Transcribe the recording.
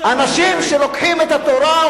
אנשים שלוקחים את התורה,